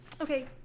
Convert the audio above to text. Okay